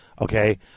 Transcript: okay